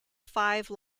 five